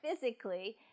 physically